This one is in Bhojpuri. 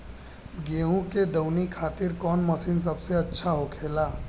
गेहु के दऊनी खातिर कौन मशीन सबसे अच्छा होखेला?